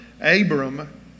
Abram